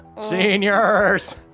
Seniors